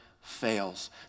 fails